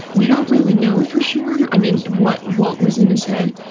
we don't really know for sure. i mean, what what was in his head.